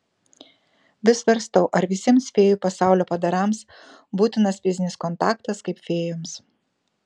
vis svarstau ar visiems fėjų pasaulio padarams būtinas fizinis kontaktas kaip fėjoms